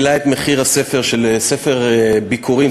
העלה את מחירו של ספר ביכורים,